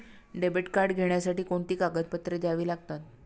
Debit card घेण्यासाठी कोणती कागदपत्रे द्यावी लागतात?